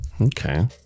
Okay